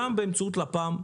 גם באמצעות לפ"ם,